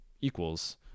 equals